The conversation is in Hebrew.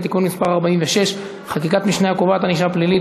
(תיקון מס' 46) (חקיקת משנה הקובעת ענישה פלילית),